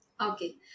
Okay